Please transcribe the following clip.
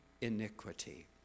iniquity